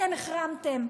אתם החרמתם.